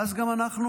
ואז אנחנו,